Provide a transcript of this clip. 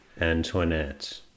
Antoinette